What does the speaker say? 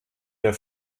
der